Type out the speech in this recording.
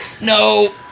No